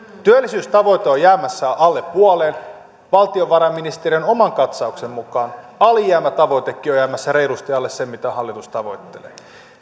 työllisyystavoite on jäämässä alle puoleen valtiovarainministeriön oman katsauksen mukaan alijäämätavoitekin on jäämässä reilusti alle sen mitä hallitus tavoittelee